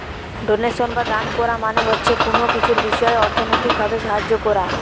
donation বা দান কোরা মানে হচ্ছে কুনো কিছুর বিষয় অর্থনৈতিক ভাবে সাহায্য কোরা